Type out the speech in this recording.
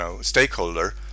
stakeholder